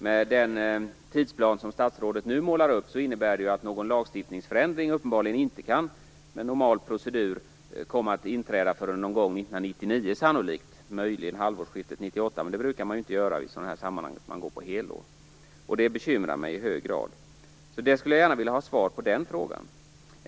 Med den tidsplan som statsrådet nu målar upp innebär det att någon lagstiftningförändring med en normal procedur uppenbarligen inte kan komma att inträda förrän sannolikt någon gång år 1999, eller möjligen halvårsskiftet 1998, men det brukar man inte göra i sådana här sammanhang, utan man går efter helår. Det bekymrar mig i hög grad. Jag skulle gärna vilja ha svar på när det kan ske.